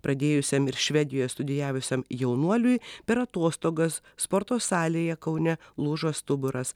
pradėjusiam ir švedijoje studijavusiam jaunuoliui per atostogas sporto salėje kaune lūžo stuburas